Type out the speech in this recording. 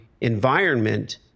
environment